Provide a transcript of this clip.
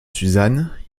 susan